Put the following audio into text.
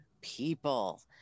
people